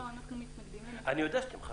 אנחנו מתנגדים לזה.